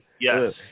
Yes